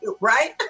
right